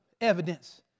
evidence